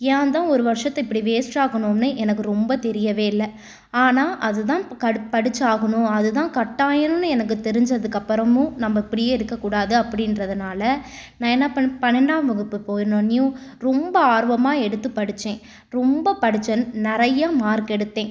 யாந்தோன் ஒரு வருஷத்தை இப்படி வேஸ்ட்டாக்குனோனு எனக்கு ரொம்ப தெரியவே இல்லை ஆனால் அதுதான் படிச்சாகணும் அது தான் கட்டாயோணு எனக்கு தெரிஞ்சதுக்கப்புறமும் நம்ம இப்படியே இருக்கக்கூடாது அப்படின்றதுனால் நான் என்ன பண்ணிணேன் பன்னெண்டாம் வகுப்பு போய்னுனையும் ரொம்ப ஆர்வமாக எடுத்து படித்தேன் ரொம்ப படிச்சேன் நிறைய மார்க் எடுத்தேன்